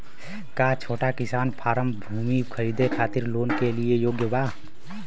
का छोटा किसान फारम भूमि खरीदे खातिर लोन के लिए योग्य बा?